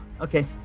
Okay